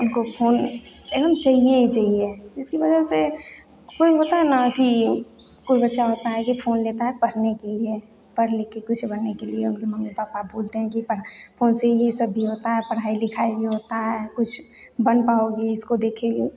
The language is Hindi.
उनको फोन एकदम चाहिए ही चाहिए इसकी वजह से कोई होता है ना कि कोई बच्चा होता है कि फ़ोन लेता है पढ़ने के लिए पढ़ लिखके कुछ बनने के लिए उनके मम्मी पापा बोलते हैं कि पढ़ फ़ोन से ये सब भी होता है पढ़ाई लिखाई भी होता है कुछ बन पाओगी इसको देखेगी